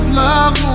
love